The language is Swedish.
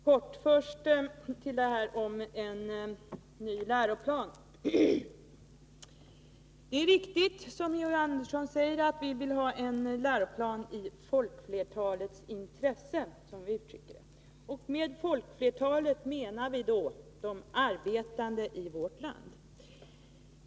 Herr talman! Jag vill fatta mig kort. Först beträffande en ny läroplan. Georg Andersson sade helt riktigt att vi vill ha en läroplan i, som vi uttryckte det, folkflertalets intresse. Med folkflertalet menar vi då de arbetande i vårt land.